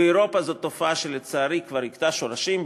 באירופה זו תופעה שלצערי כבר הכתה שורשים,